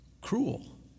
Cruel